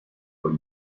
vor